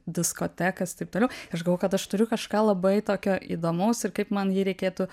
diskotekas taip toliau aš galivojau kad aš turiu kažką labai tokio įdomaus ir kaip man jį reikėtų